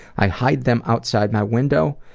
i hide them outside my window,